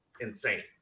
insane